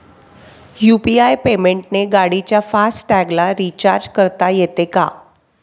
UPI पेमेंटने गाडीच्या fast टॅगला रिर्चाज करता येते का?